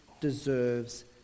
deserves